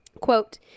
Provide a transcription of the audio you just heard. Quote